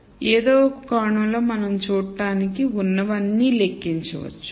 కాబట్టి ఏదో ఒక కోణంలో మనం చూడటానికి ఉన్నవన్నీ లెక్కించవచ్చు